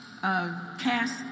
cast